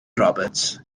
roberts